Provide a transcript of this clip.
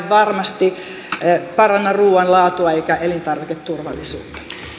varmasti paranna ruuan laatua eikä elintarviketurvallisuutta